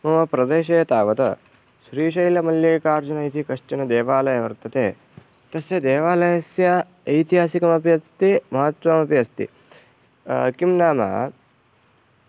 मम प्रदेशे तावत् श्रीशैलमल्लिकार्जुनः इति कश्चन देवालयः वर्तते तस्य देवालयस्य ऐतिहासिकमपि अस्ति महत्त्वमपि अस्ति किं नाम